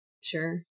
Sure